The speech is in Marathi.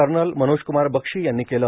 कर्नल मनोजक्रमार बक्षी यांनी केलं